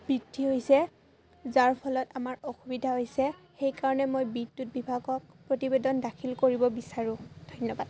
বৃদ্ধি হৈছে যাৰ ফলত আমাৰ অসুবিধা হৈছে সেইকাৰণে মই বিদ্যুৎ বিভাগত প্ৰতিবেদন দাখিল কৰিব বিচাৰোঁ ধন্যবাদ